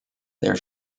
their